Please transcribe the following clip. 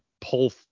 pull